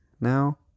now